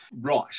Right